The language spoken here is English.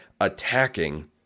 attacking